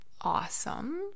awesome